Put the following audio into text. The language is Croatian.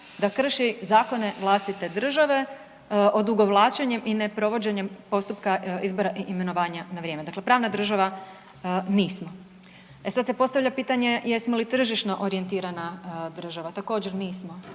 da krši zakone vlastite države odugovlačenjem i neprovođenjem postupka izbora i imenovanja na vrijeme. Dakle, pravna država nismo. E sad se postavlja pitanje, jesmo li tržišno orijentirana država? Također nismo